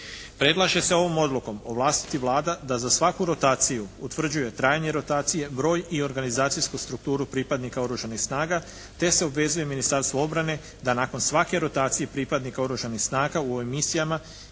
Predlaže se ovom odlukom o ovlastiti Vlada da za svaku rotaciju utvrđuje trajanje rotacije, broj i organizacijsku strukturu pripadnika oružanih snaga te se obvezuje Ministarstvo obrane da nakon svake rotacije pripadnika oružanih snaga u ovim misijama